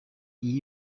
iyo